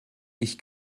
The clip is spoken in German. ich